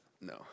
No